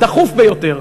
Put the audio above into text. הדחוף ביותר.